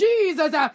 Jesus